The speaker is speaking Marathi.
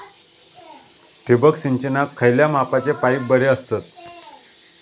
ठिबक सिंचनाक खयल्या मापाचे पाईप बरे असतत?